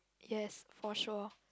yes for sure